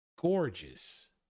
gorgeous